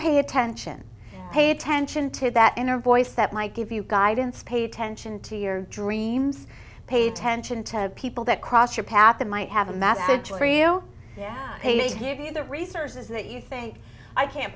pay attention pay attention to that inner voice that might give you guidance pay attention to your dreams pay attention to people that cross your path that might have amassed the resources that you think i can't